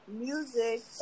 music